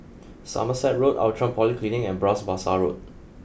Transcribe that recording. Somerset Road Outram Polyclinic and Bras Basah Road